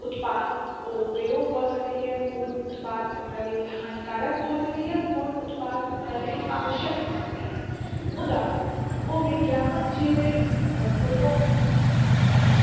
ऊत्पाद ओ प्रयोग कए सकैया कोन ऊत्पाद ओकरा लेल हानिकारक भऽ सकैया कोन ऊत्पाद ओकरा लेल आवश्यक भऽ सकैया मुदा ओ विज्ञापन जे कोनो